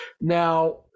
Now